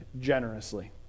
generously